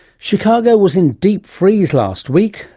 chicago was in deep freeze last week.